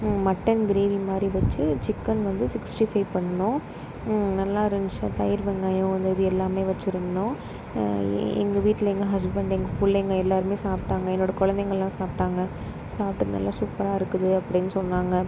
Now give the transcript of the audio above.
mutton gravy மாதிரி வச்சு chicken வந்து சிக்ஸ்டி ஃபைவ் பண்ணோம் நல்லா இருந்துச்சு தயிர் வெங்காயம் இந்த இது எல்லாமே வச்சுருந்தோம் எங்கள் வீட்டில் எங்கள் ஹஸ்பண்ட்டு எங்கள் பிள்ளைங்க எல்லோருமே சாப்பிடாங்க என்னோடய குழந்தைங்கள்லாம் சாப்பிடாங்க சாப்பிட்டு நல்லா சூப்பராருக்குது அப்படினு சொன்னாங்க